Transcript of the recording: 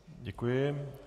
Děkuji.